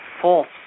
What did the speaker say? false